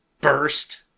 burst